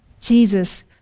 Jesus